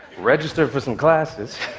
registered for some classes,